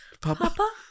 Papa